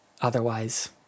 otherwise